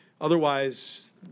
Otherwise